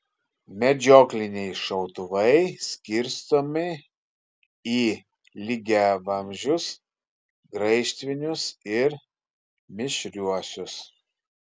medžiokliniai šautuvai skirstomi į lygiavamzdžius graižtvinius ir mišriuosius